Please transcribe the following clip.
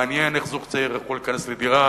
מעניין איך זוג צעיר יכול להיכנס לדירה,